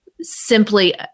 simply